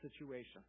situation